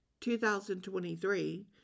2023